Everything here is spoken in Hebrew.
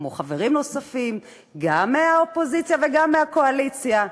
כמו חברים נוספים גם מהאופוזיציה וגם מהקואליציה,